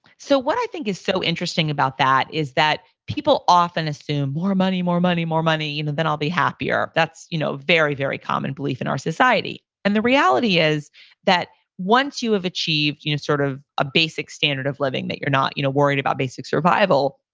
so what i think is so interesting about that is that people often assume more money, more money, more money, you know then i'll be happier. that's a you know very, very common belief in our society. and the reality is that once you have achieved you know sort of a basic standard of living that you're not you know worried about basic survival,